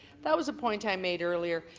that was a point i made earlier.